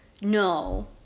no